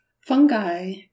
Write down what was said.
Fungi